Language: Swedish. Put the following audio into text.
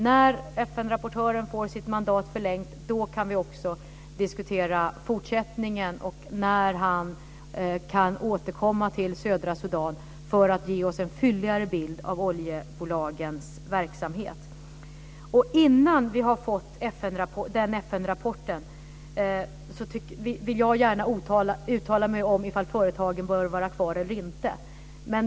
När han har fått det kan vi också diskutera fortsättningen och när han kan ge oss en fylligare bild av oljebolagens verksamhet i Sudan. Innan vi har fått denna FN-rapport vill jag ogärna uttala mig om ifall företagen bör vara kvar eller inte.